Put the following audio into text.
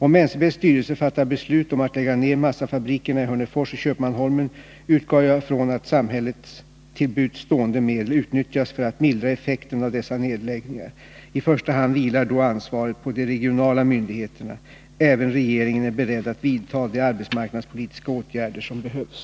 Om NCB:s styrelse fattar beslut om att lägga ned massafabrikerna i Hörnefors och Köpmanholmen, utgår jag från att samhällets till buds stående medel utnyttjas för att mildra effekten av dessa nedläggningar. I första hand vilar då ansvaret på de regionala myndigheterna. Även regeringen är beredd att vidta de arbetsmarknadspolitiska åtgärder som behövs.